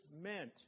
meant